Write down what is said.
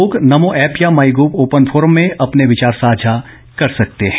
लोग नमो ऐप या MyGov open forum में अपने विचार साझा कर सकते हैं